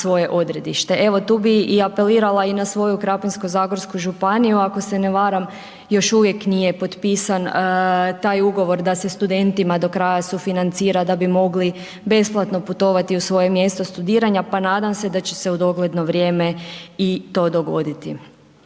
svoje odredište. Evo tu bi i apelirala i svoju Krapinsko-zagorsku županiju ako se ne varam još uvijek nije potpisan taj ugovor da se studentima do kraja sufinancira da bi mogli besplatno putovati u svoje mjesto studiranja pa nadam se da će se u dogledno vrijeme i to dogoditi.